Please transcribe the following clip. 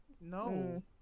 no